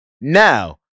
now